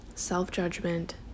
self-judgment